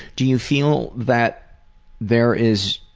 do you feel that there is